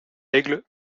aigle